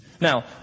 Now